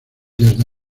desde